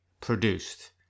produced